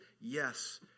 yes